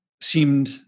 Seemed